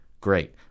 Great